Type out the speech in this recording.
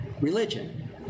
religion